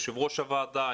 יושב-ראש הוועדה.